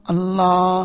Allah